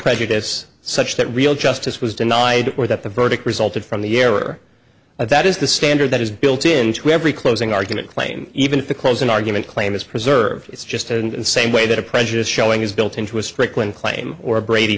prejudice such that real justice was denied or that the verdict resulted from the error that is the standard that is built into every closing argument claim even if the closing argument claim is preserved it's just and same way that a prejudiced showing is built into a strickland claim or brady